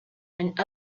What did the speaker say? and